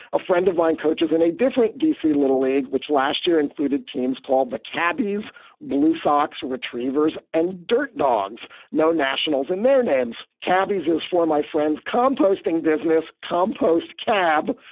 a friend of mine coaches in a different d c little league, which last year included teams called the cabbie's blue sox retrievers and dirt dogs. no nationals and their names. cabbie's is for my friends composting business compost cab,